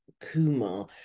Kumar